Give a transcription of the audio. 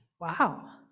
wow